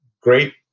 great